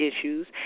issues